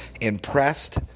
impressed